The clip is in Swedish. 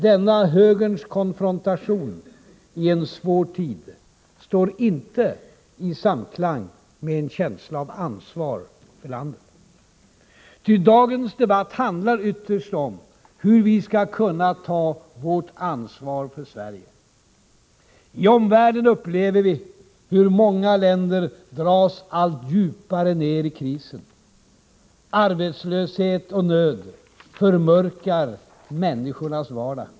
Denna högerns konfrontation i en svår tid står inte i samklang med en känsla av ansvar för landet. Ty dagens debatt handlar ytterst om hur vi skall kunna ta vårt ansvar för Sverige. I omvärlden upplever vi hur många länder dras allt djupare ner i krisen. Arbetslöshet och nöd förmörkar människornas vardag.